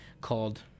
called